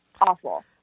Awful